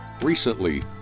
Recently